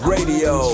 Radio